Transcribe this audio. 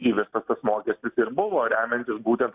įvestas tas mokestis ir buvo remiantis būtent